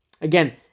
again